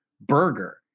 burger